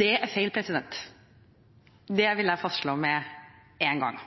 Det er feil, og det vil jeg fastslå med en gang.